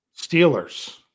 Steelers